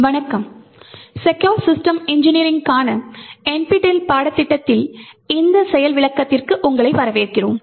வணக்கம் secure system இன்ஜினியரிங்க்கான NPTEL பாடத்திட்டத்தில் இந்த செயல் விளக்கத்திற்கு உங்களை வரவேற்கிறோம்